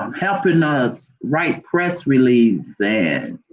um helping us write press releases. and